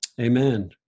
Amen